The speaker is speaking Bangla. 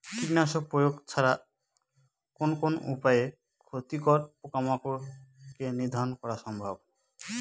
কীটনাশক প্রয়োগ ছাড়া কোন কোন উপায়ে ক্ষতিকর পোকামাকড় কে নিধন করা সম্ভব?